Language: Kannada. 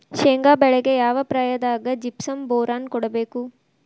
ಶೇಂಗಾ ಬೆಳೆಗೆ ಯಾವ ಪ್ರಾಯದಾಗ ಜಿಪ್ಸಂ ಬೋರಾನ್ ಕೊಡಬೇಕು?